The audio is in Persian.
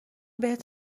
بهت